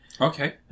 Okay